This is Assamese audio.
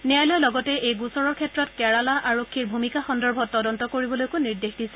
ন্যায়ালয়ে লগতে এই গোচৰৰ ক্ষেত্ৰত কেৰালা আৰক্ষীৰ ভূমিকা সন্দৰ্ভত তদন্ত কৰিবলৈকো নিৰ্দেশ দিয়ে